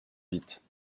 vite